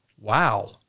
Wow